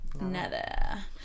Nada